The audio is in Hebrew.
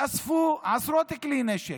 ואספו עשרות כלי נשק.